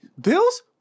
Bill's